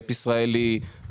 גייפ ישראלי,